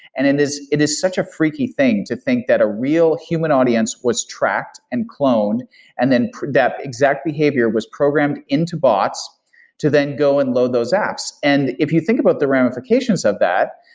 and it is it is such a freaky thing to think that a real human audience was tracked and clone and then that exact behavior was programmed into bots to then go and load those apps. if you think about the ramifications of that,